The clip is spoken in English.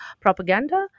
propaganda